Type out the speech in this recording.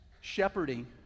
shepherding